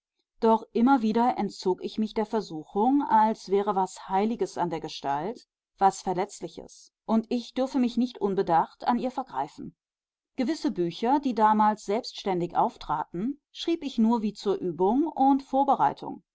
doch immer wieder entzog ich mich der versuchung als wäre was heiliges an der gestalt was verletzliches und ich dürfe mich nicht unbedacht an ihr vergreifen gewisse bücher die damals selbständig auftraten schrieb ich nur wie zur übung und vorbereitung